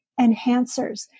enhancers